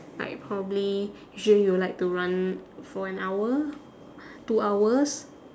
like probably usually you would like to run for an hour two hours